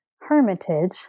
hermitage